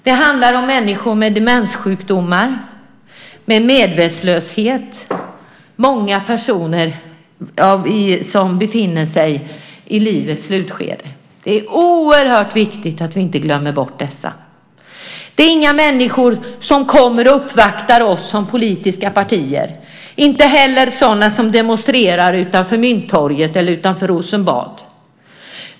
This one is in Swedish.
Det handlar om människor med demenssjukdomar, i medvetslöshet och många personer som befinner sig i livets slutskede. Det är oerhört viktigt att vi inte glömmer bort dessa. Det är inga människor som kommer och uppvaktar oss som politiska partier, inte heller sådana som demonstrerar på Mynttorget eller utanför Rosenbad.